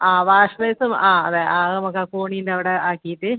ആ wash basin ആ അതെ അത് നമുക്ക് ആകോണീൻ്റെ അവിടെ ആക്കിയിട്ട്